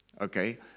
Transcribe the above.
Okay